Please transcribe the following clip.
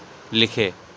لکھے